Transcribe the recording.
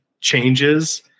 changes